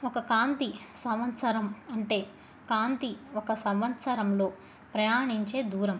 ఒక కాంతి సంవత్సరం అంటే కాంతి ఒక సంవత్సరంలో ప్రయాణించే దూరం